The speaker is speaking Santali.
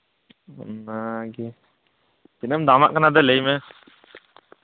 ᱚᱱᱟᱜᱮ ᱛᱤᱱᱟᱹᱜ ᱮᱢ ᱫᱟᱢ ᱟᱜ ᱠᱟᱱᱟ ᱞᱟᱹᱭ ᱢᱮ